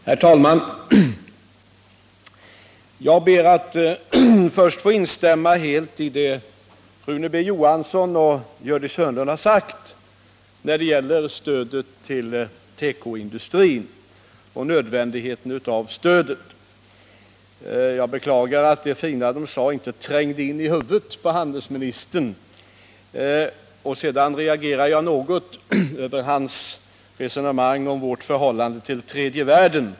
Herr talman! Jag ber att först få instämma helt i vad Rune B. Johansson och Gördis Hörnlund sagt när det gäller stödet till tekoindustrin och nödvändigheten av detta. Jag beklagar att det fina de sade inte trängde in i huvudet på handelsministern. Sedan reagerar jag något mot handelsministerns resonemang om vårt förhållande till tredje världen.